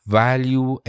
value